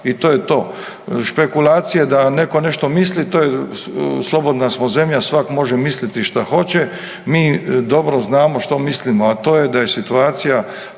i to je to. Špekulacije da netko nešto misli, slobodna smo zemlja svak može misliti šta hoće, mi dobro znamo što mislimo, a to je da je situacija